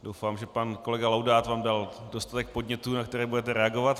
Doufám, že pan kolega Laudát vám dal dostatek podnětů, na které budete reagovat.